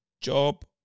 job